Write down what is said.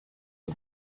and